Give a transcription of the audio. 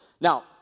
Now